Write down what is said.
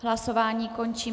Hlasování končím.